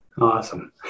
Awesome